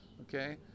Okay